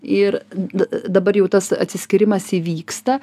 ir dabar jau tas atsiskyrimas įvyksta